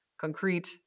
concrete